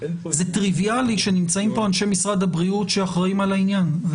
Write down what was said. זה טריוויאלי שנמצאים פה אנשי משרד הבדיקות שאחראים על העניין.